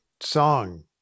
song